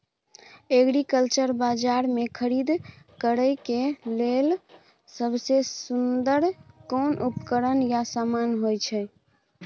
Agriculture बाजार में खरीद करे के लेल सबसे सुन्दर कोन उपकरण या समान होय छै?